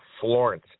Florence